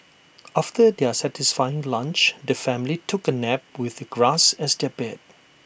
after their satisfying lunch the family took A nap with grass as their bed